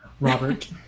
Robert